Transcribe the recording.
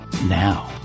now